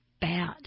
bad